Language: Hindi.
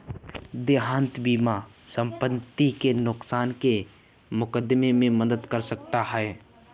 देयता बीमा संपत्ति के नुकसान के मुकदमे में मदद कर सकता है